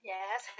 Yes